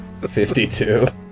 52